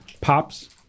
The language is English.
pops